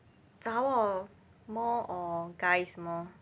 zhabor more or guys more